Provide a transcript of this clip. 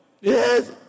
Yes